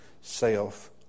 self